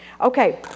Okay